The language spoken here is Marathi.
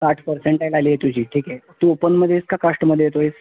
साठ पर्सेंटाइल आली आहे तुझी ठीक आहे तू ओपनमध्ये आहेस का काश्टमध्ये येतो आहेस